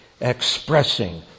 expressing